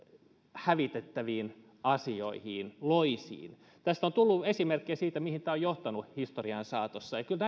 hävitettäviin asioihin loisiin tästä on tullut esimerkkejä mihin tämä on johtanut historian saatossa ja kyllä